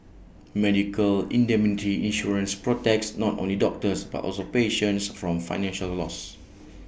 medical indemnity insurance protects not only doctors but also patients from financial loss